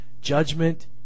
Judgment